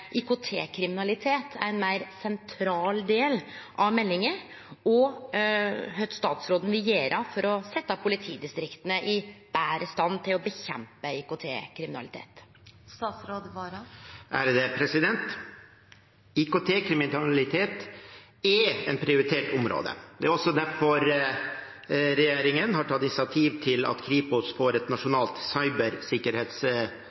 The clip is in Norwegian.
IKT-kriminalitet er ein meir sentral del av meldinga, og kva statsråden vil gjere for å setje politidistrikta i betre stand i kampen mot IKT-kriminalitet. IKT-kriminalitet er et prioritert område. Det er også derfor regjeringen har tatt initiativ til at Kripos får